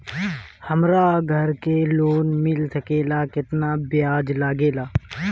हमरा घर के लोन मिल सकेला केतना ब्याज लागेला?